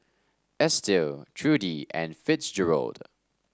Estill Trudie and Fitzgerald